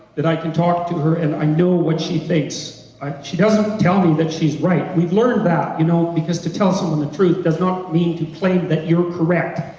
that i can talk to her and i know what she thinks. and she doesn't tell me that she's right, we've learned that, you know, because to tell someone the truth does not mean to claim that you're correct,